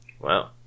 Wow